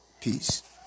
Peace